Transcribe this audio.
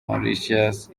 mauritius